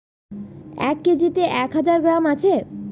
এক কেজিতে এক হাজার গ্রাম আছে